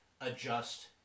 adjust